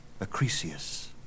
Acrisius